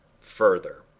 further